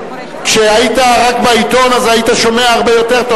כשהיית רק בעיתון היית שומע הרבה יותר טוב.